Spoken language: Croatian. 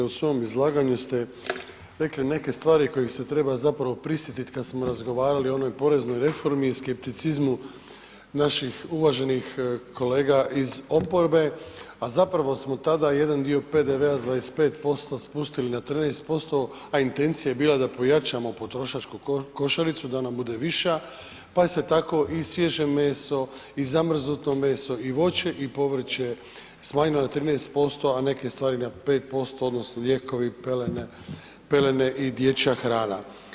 U svom izlaganju ste rekli neke stvari kojih se treba zapravo prisjetiti kad smo razgovarali o onoj poreznoj reformi i skepticizmu naših uvaženih kolega iz oporbe, a zapravo smo tada jedan dio PDV-a s 25% spustili na 13%, a intencija je bila da pojačamo potrošačku košaricu da ona bude viša pa je se tako i svježe meso i zamrznuto meso i voće i povrće smanjilo na 13%, a neke stvari na 5%, odnosno lijekovi, pelene i dječja hrana.